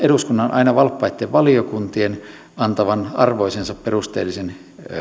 eduskunnan aina valppaitten valiokuntien antavan arvoisensa perusteellisen